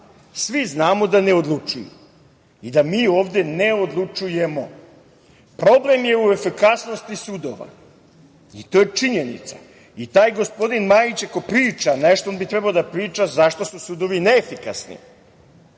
Svi znamo da ne odlučuju i da mi ovde ne odlučujemo. Problem je u efikasnosti sudova i to je činjenica i taj gospodin Majić ako priča nešto on bi trebao da priča zašto su sudovi neefikasni.